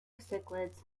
cichlids